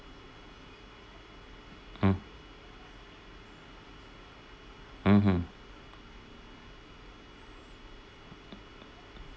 mm mmhmm